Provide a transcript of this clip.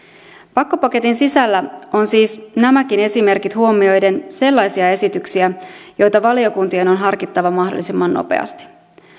pakkopaketin sisällä on siis nämäkin esimerkit huomioiden sellaisia esityksiä joita valiokuntien on harkittava mahdollisimman nopeasti